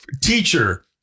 teacher